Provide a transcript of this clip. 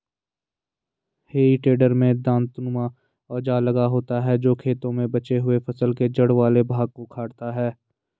हेइ टेडर में दाँतनुमा औजार लगा होता है जो खेतों में बचे हुए फसल के जड़ वाले भाग को उखाड़ता है